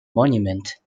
monument